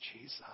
Jesus